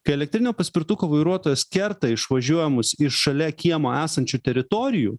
kai elektrinio paspirtuko vairuotojas kerta išvažiuojamus iš šalia kiemo esančių teritorijų